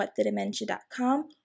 whatthedementia.com